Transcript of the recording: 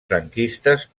franquistes